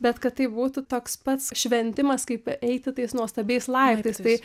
bet kad tai būtų toks pats šventimas kaip eiti tais nuostabiais laiptais tai